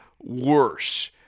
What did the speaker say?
worse